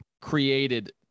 created